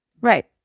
Right